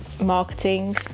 marketing